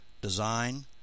design